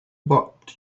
what